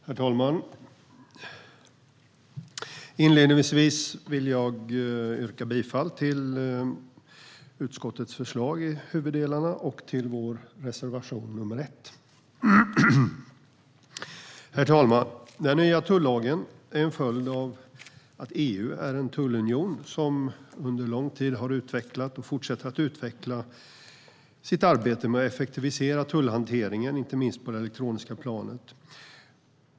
Herr talman! Inledningsvis vill jag yrka bifall till utskottets förslag i huvuddelarna och till vår reservation 1. Herr talman! Den nya tullagen är en följd av att EU är en tullunion som under lång tid har utvecklat och fortsätter att utveckla sitt arbete med att effektivisera tullhanteringen, inte minst på det elektroniska planet.